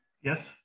Yes